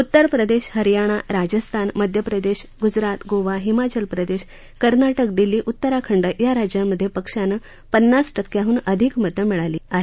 उत्तरप्रदेश हरयाणा राजस्थान मध्यप्रदेश ग्जरात गोवा हिमाचल प्रदेश कर्नाटक दिल्ली उतराखंड या राज्यांमधे पक्षानं पन्नास टक्केहन अधिक मते मिळाली आहेत